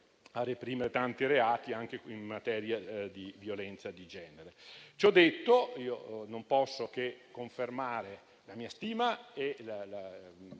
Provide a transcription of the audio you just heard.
a reprimere tanti reati anche in materia di violenza di genere. Ciò detto, non posso che confermare la mia stima per la